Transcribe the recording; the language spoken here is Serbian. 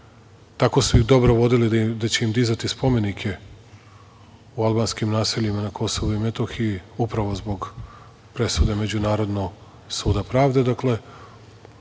tako su ih dobro vodili da će im dizati spomenike u albanskim naseljima na Kosovu i Metohiji, upravo zbog presude Međunarodnog suda pravde.